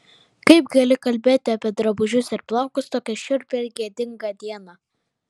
kaip gali kalbėti apie drabužius ir plaukus tokią šiurpią ir gėdingą dieną